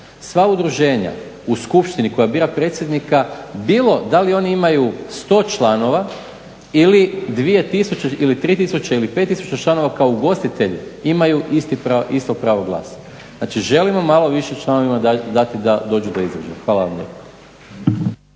Sva udruženja u Skupštini koja bira predsjednika bilo da li oni imaju sto članova ili 2000 ili 3000 ili 5000 članova kao ugostitelj imaju isto pravo glasa. Znači, želimo malo više članovima dati da dođu do izražaja. Hvala vam